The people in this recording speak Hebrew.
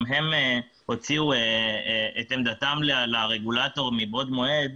הם הוציאו את עמדתם לרגולטור מבעוד מועד,